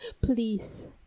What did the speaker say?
please